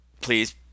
Please